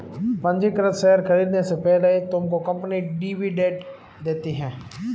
पंजीकृत शेयर खरीदने से पहले तुमको कंपनी डिविडेंड देती है